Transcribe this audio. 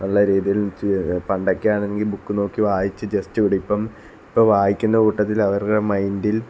നല്ല രീതിയില് പണ്ടൊക്കെ ആണെങ്കിൽ ബുക്ക് നോക്കി വായിച്ചു ജസ്റ്റ് വിടും ഇപ്പം ഇപ്പം വായിക്കുന്ന കൂട്ടത്തില് അവരുടെ മൈന്ഡില്